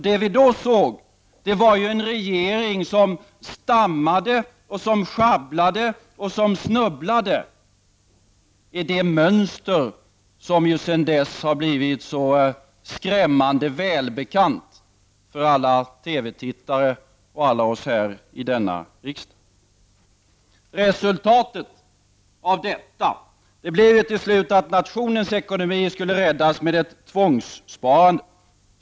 Det vi då såg var en regering som stammade, som sjabblade och snubblade i det mönster som sedan dess har blivit så skrämmande välbekant för alla TV-tittare och alla oss här i denna riksdag. Resultatet av detta blev till slut att nationens ekonomi skulle räddas med ett tvångssparande.